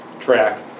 track